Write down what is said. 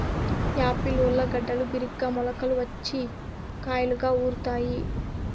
Apple ఊర్లగడ్డలు బిరిగ్గా మొలకలు వచ్చి కాయలుగా ఊరుతాయి